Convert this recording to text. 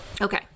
okay